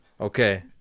Okay